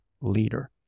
leader